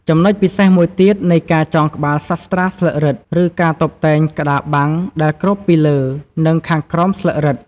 ចំណុចពិសេសមួយទៀតនៃការចងក្បាលសាស្រ្តាស្លឹករឹត គឺការតុបតែងក្តារបាំងដែលគ្របពីលើ និងខាងក្រោមស្លឹករឹត។